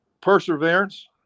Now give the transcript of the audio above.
perseverance